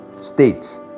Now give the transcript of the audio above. States